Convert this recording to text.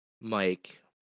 Mike